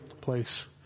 place